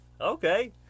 Okay